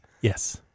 Yes